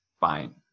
fine